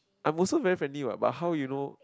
I'm also very friendly what but how you know